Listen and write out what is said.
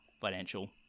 financial